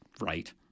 right